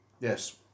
Yes